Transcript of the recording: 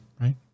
Right